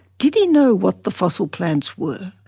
did he know what the fossil plants were,